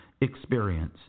experience